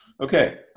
Okay